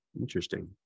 Interesting